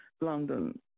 London